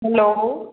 hello